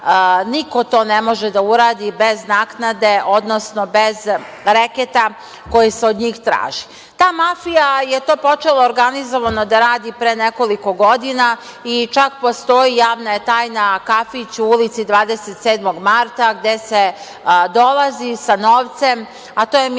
niko to ne može da uradi bez naknade, odnosno bez reketa koji se od njih traži. Ta mafija je to počela organizovano da radi pre nekoliko godina i čak postoji, javna je tajna, kafić u ulici 27. Marta gde se dolazi sa novcem, a to je minimum